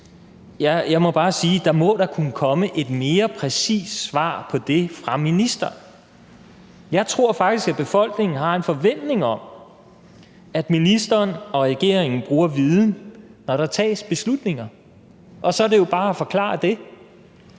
Jeg må bare sige, at der da må kunne komme et mere præcist svar på det fra ministeren. Jeg tror faktisk, at befolkningen har en forventning om, at ministeren og regeringen bruger viden, når der tages beslutninger. Og så er det jo bare at forklare det.